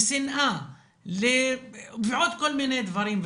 לשנאה, ועוד כל מיני דברים.